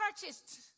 purchased